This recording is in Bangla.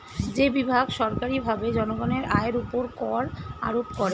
যে বিভাগ সরকারীভাবে জনগণের আয়ের উপর কর আরোপ করে